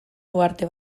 uharte